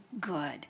good